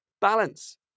balance